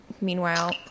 meanwhile